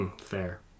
Fair